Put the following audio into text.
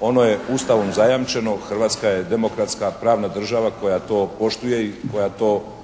Ono je Ustavom zajamčeno. Hrvatska je demokratska pravna država koja to poštuje i koja to primjenjuje